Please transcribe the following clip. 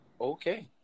Okay